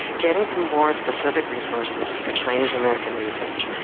getting to more specific resources for chinese-american research,